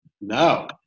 No